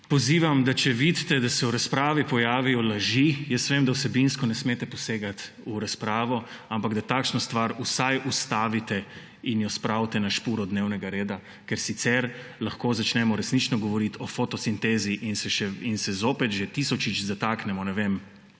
pozivam, da če vidite, da se v razpravi pojavijo laži, jaz vem, da vsebinsko ne smete posegati v razpravo, ampak da takšno stvar vsaj ustavite in jo spravite na špuro dnevnega reda, ker sicer lahko začnemo resnično govoriti o fotosintezi in se zopet že tisočič zataknemo, ne vem,